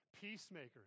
peacemakers